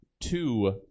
two